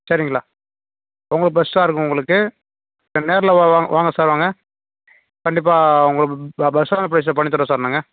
சரிங்களா உங்களுக்கு பெஸ்ட்டாக இருக்கும் உங்களுக்கு நேரில் வா வா வாங்க சார் வாங்க கண்டிப்பாக பெஸ்ட்டான ப்ரைஸில் பண்ணித்தறோம் சார் நாங்கள்